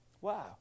Wow